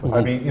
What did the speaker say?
i mean, you